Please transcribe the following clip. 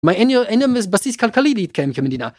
מה אינם מבסיס כלכלי להתקיים כמדינה